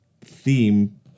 theme